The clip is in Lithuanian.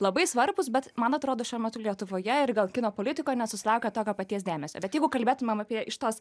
labai svarbūs bet man atrodo šiuo metu lietuvoje ir gal kino politikoj nesusilaukia tokio paties dėmesio bet jeigu kalbėtumėm apie iš tos